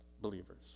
believers